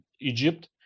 Egypt